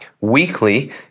Weekly